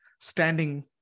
standing